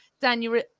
Daniel